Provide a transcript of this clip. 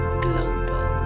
global